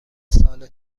سال